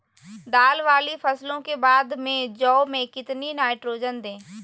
दाल वाली फसलों के बाद में जौ में कितनी नाइट्रोजन दें?